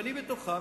ואני בתוכם,